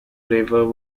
river